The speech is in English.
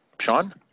Sean